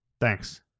Thanks